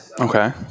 Okay